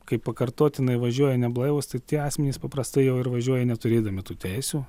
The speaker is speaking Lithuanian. kai pakartotinai važiuoja neblaivūs tai tie asmenys paprastai jau ir važiuoja neturėdami tų teisių